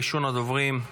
ראשון הדוברים,